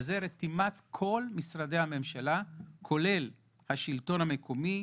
והוא רתימת כל משרדי הממשלה, כולל השלטון המקומי,